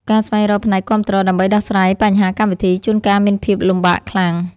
ការស្វែងរកផ្នែកគាំទ្រដើម្បីដោះស្រាយបញ្ហាកម្មវិធី ជួនកាលមានភាពលំបាកខ្លាំង។